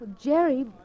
Jerry